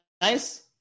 nice